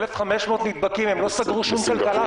1,500 נדבקים, הם לא סגרו שום כלכלה אפילו לרגע.